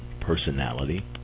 personality